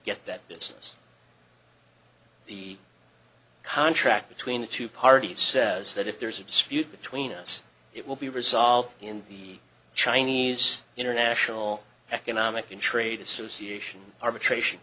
get that business the contract between the two parties says that if there's a dispute between us it will be resolved in chinese international economic and trade association arbitration